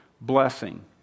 blessing